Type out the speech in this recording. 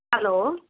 hello